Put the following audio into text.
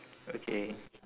okay